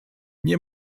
nie